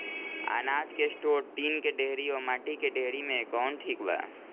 अनाज के store tin के डेहरी व माटी के डेहरी मे कवन ठीक बा?